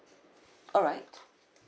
alright